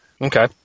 Okay